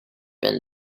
been